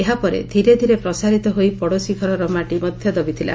ଏହା ପରେ ଧୀରେଧୀରେ ପ୍ରସାରିତ ହୋଇ ପଡ଼ୋଶୀ ଘରର ମାଟି ମଧ୍ଘ ଦବିଥିଲା